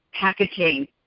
packaging